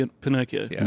Pinocchio